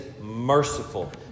merciful